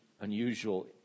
unusual